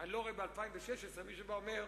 אני לא רואה שב-2016 מישהו בא ואומר: